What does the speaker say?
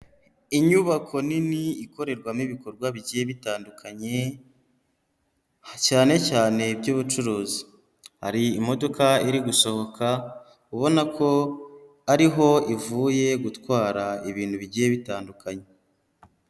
Inyubako nini ikorerwamo ibikorwa bigiye bitandukanye cyane cyane by'ubucuruzi, hari imodoka iri gusohoka ubona ko ari ho ivuye gutwara ibintu bigiye bitandukanye.